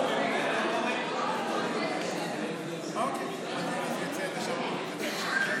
61. אני קובע כי הצעת החוק יישום תוכנית ההתנתקות (תיקון,